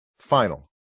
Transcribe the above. final